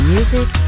Music